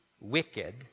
wicked